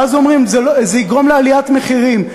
ואז אומרים: זה יגרום לעליית מחירים,